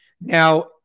Now